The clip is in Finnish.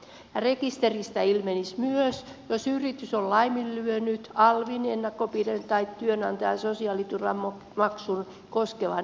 rekisteristä ilmenisi myös jos yritys on laiminlyönyt alvin ennakonpidätyksen tai työnantajan sosiaaliturvamaksua koskevan ilmoituksen